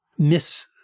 miss